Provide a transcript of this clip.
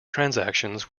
transactions